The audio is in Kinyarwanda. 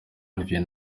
olivier